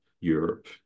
Europe